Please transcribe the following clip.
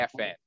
FN